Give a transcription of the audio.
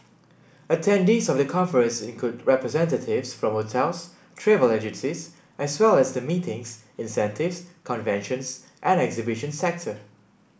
attendees of the conference include representatives from hotels travel agencies as well as the meetings incentives conventions and exhibitions sector